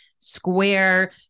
Square